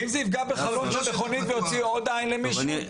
ואם זה יפגע בחלון של מכונית ויוציא עוד עין למישהו?